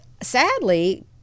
sadly